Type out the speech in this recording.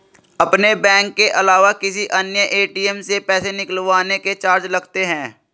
अपने बैंक के अलावा किसी अन्य ए.टी.एम से पैसे निकलवाने के चार्ज लगते हैं